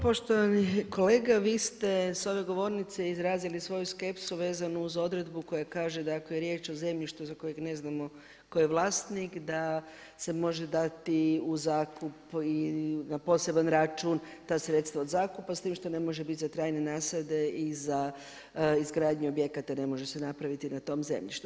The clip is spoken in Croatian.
Poštovani kolega, vi ste s ove govornice izrazili svoju skepsu vezanu uz odredbu koja kaže da ako je riječ o zemljištu za kojeg ne znamo tko je vlasnik da se može dati u zakup i na poseban račun ta sredstva od zakupa s tim što ne može biti za trajne nasade i za izgradnju objekata ne može se napraviti na tom zemljištu.